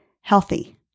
healthy